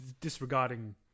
disregarding